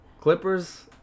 Clippers